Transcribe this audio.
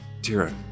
Tira